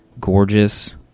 gorgeous